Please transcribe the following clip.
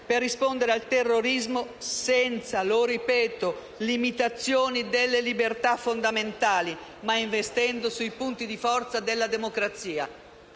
per rispondere al terrorismo senza - lo ripeto - limitazioni delle libertà fondamentali, ma investendo sui punti di forza della democrazia.